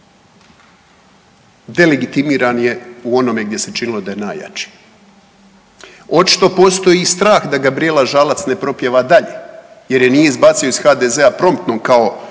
delegitimiran je u onome gdje se činilo da je najjači. Očito postoji i strah da Gabrijela Žalac ne propjeva dalje, jer je nije izbacio iz HDZ-a promptno kao